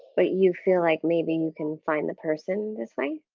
but you feel like maybe you can find the person this way.